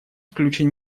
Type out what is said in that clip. включен